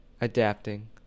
adapting